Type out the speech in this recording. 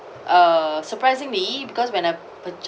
uh surprisingly because when I purchase